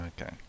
okay